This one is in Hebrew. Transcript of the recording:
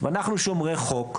ואנחנו שומרי חוק,